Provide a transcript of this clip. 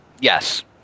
Yes